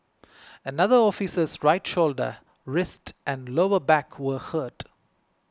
another officer's right shoulder wrist and lower back were hurt